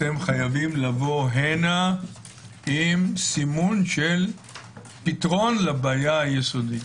אתם חייבים לבוא הנה עם סימון של פתרון לבעיה היסודית.